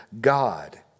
God